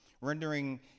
rendering